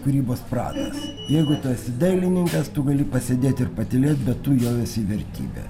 kūrybos pradas jeigu tu esi dailininkas tu gali pasėdėt ir patylėt bet tu jau esi vertybė